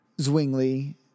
Zwingli